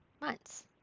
Months